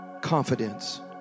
confidence